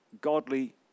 godly